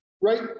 right